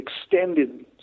extended